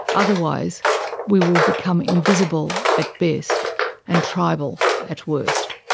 otherwise we will become invisible at best and tribal at worst.